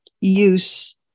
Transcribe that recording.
use